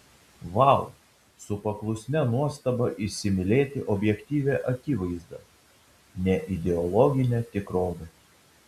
vau su paklusnia nuostaba įsimylėti objektyvią akivaizdą neideologinę tikrovę